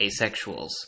asexuals